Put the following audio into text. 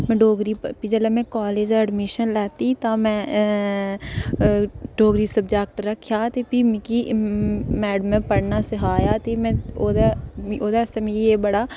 में डोगरी भी जेल्लै में कॉलेज एडमिशन लैती तां में डोगरी सब्जैक्ट रक्खेआ ते भी मिगी मैडमें पढ़ना सखाया ते ओह्दे ते ओह्दे आस्तै मिगी एह् बड़ा